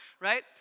right